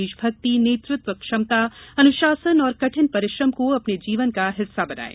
देशभक्ति नेतत्व क्षमता अनुशासन और कठिन परिश्रम को अपने जीवन का हिस्सा बनाये